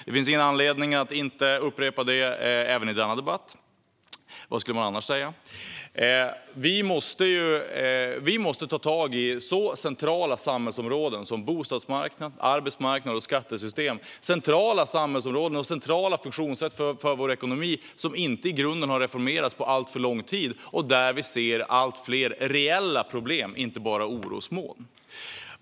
Det finns ingen anledning att inte upprepa det även i denna debatt; vad skulle man annars säga? Vi måste ta tag i centrala samhällsområden såsom bostadsmarknad, arbetsmarknad och skattesystem. Det är centrala samhällsområden och funktionssätt för vår ekonomi som inte har reformerats i grunden på alltför lång tid och där vi ser allt fler reella problem, inte bara orosmoln.